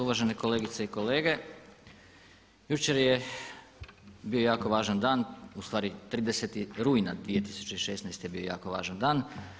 Uvažene kolegice i kolege, jučer je bio jako važan dan, ustvari 30. rujna 2016. bio je jako važan dan.